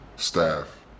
Staff